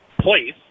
place